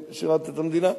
שירתת את המדינה,